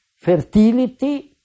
fertility